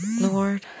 Lord